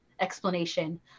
explanation